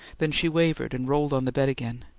then she wavered and rolled on the bed again.